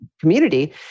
community